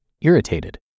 irritated